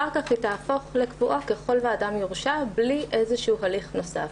ואחר כך היא תהפוך לקבועה אם אדם יורשע בלי הליך נוסף.